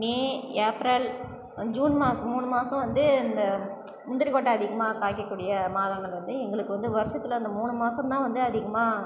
மே April June மாசமும் மூணு மாசம் வந்து இந்த முந்தரிக்கொட்டை அதிகமாக காய்க்க கூடிய மாதங்கள் வந்து எங்களுக்கு வந்து வருசத்தில் அந்த மூணு மாசம் தான் வந்து அதிகமாக